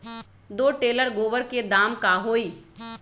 दो टेलर गोबर के दाम का होई?